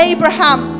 Abraham